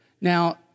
Now